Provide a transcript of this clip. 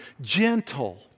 gentle